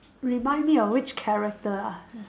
remind me of which character ah